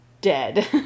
dead